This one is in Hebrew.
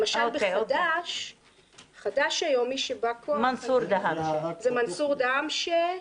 למשל בחד"ש היום מי שבא כוח זה מנסור דהאמשה,